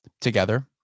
together